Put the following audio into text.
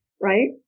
Right